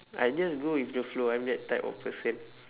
I just go with the flow I'm that type of person